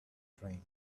dreamed